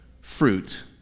fruit